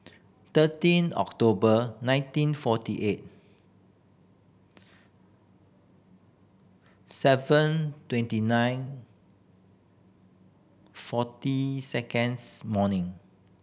thirteen October nineteen forty eight seven twenty nine forty seconds morning